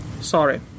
Sorry